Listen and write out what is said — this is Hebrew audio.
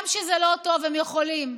גם כשזה לא טוב, הם יכולים.